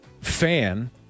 fan